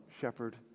shepherd